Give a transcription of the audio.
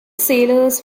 sailors